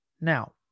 Now